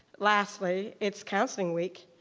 lastly, it's counseling week.